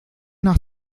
nach